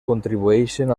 contribueixen